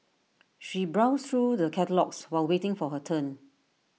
she browsed through the catalogues while waiting for her turn